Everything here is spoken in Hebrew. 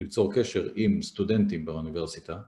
ליצור קשר עם סטודנטים באוניברסיטה